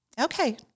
Okay